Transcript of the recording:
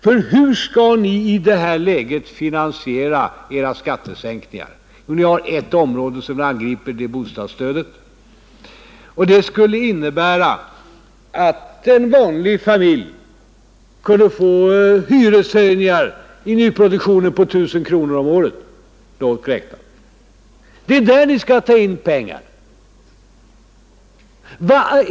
För hur skall ni i det här läget finansiera era skattesänkningar? Jo, ni har ett område som ni angriper, och det är bostadsstödet. Det skulle innebära att en vanlig familj kunde få hyreshöjningar, i nyproduktionen, på 1 000 kronor om året lågt räknat. Det är där ni skall ta in pengar.